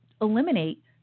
eliminate